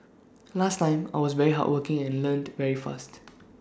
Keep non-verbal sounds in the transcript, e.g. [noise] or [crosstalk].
last time I was very hardworking and learnt very fast [noise]